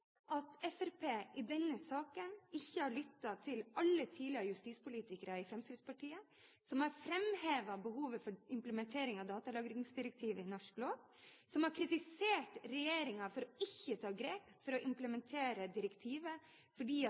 at Fremskrittspartiet i denne saken ikke har lyttet til alle tidligere justispolitikere i Fremskrittspartiet som har framhevet behovet for implementering av datalagringsdirektivet i norsk lov, og som har kritisert regjeringen for ikke å ta grep for å implementere direktivet, fordi